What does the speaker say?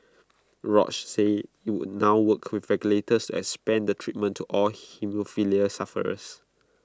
Roche said IT would now work with regulators to expand the treatment to all haemophilia sufferers